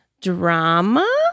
drama